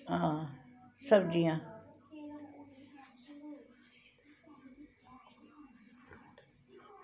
आं सब्जियां